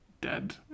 dead